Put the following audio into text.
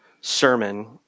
sermon